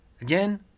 Again